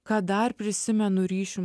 ką dar prisimenu ryšium